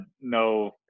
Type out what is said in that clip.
no